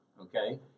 okay